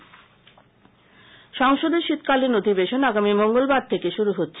সংসদ সংসদের শীতকালীন অধিবেশন আগামী মঙ্গলবার থেকে শুরু হচ্ছে